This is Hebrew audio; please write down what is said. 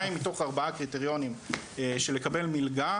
ששניים מתוך ארבעה קריטריונים של לקבל מלגה